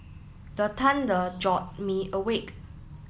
the thunder jolt me awake